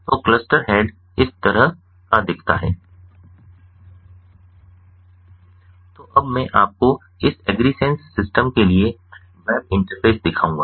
तो cluster head इस तरह का दिखता है तो अब मैं आपको इस एग्रीसेंस सिस्टम के लिए वेब इंटरफ़ेस दिखाऊंगा